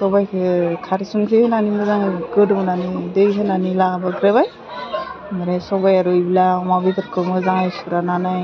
सबाइखौ खारै संख्रि होनानै मोजाङै गोदौ होनानै दै होनानै लाबोग्रोबाय ओमफ्राय सबाया रुइब्ला अमा बेदरखौ माेजाङै सुस्रानानै